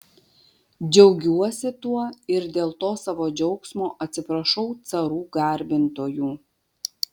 džiaugiuosi tuo ir dėl to savo džiaugsmo atsiprašau carų garbintojų